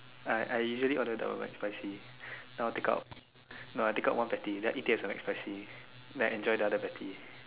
I I usually order the McSpicy now take out now I take out one patty then I eat it as a McSpicy then I enjoy the other patty